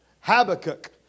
Habakkuk